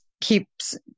keeps